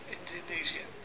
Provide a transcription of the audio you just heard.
Indonesia